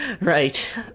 Right